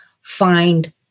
find